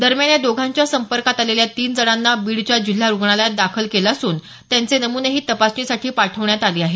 दरम्यान या दोघांच्या संपर्कात आलेल्या तीन जणांना बीडच्या जिल्हा रुग्णालयात दाखल केले असून त्यांचे नमुनेही तपासणीसाठी पाठवण्यात आले आहेत